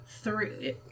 three